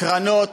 קרנות.